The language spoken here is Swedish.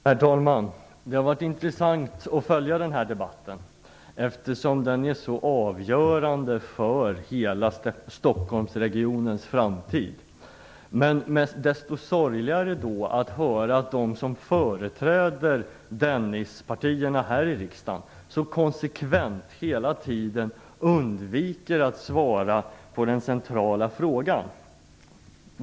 Herr talman! Det har varit intressant att följa den här debatten, eftersom den är så avgörande för framtiden i hela Stockholmsregionen. Desto sorgligare är det då att höra att de som stöder Dennispaketet här i riksdagen hela tiden konsekvent undviker att svara på den centrala frågan.